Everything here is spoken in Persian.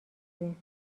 این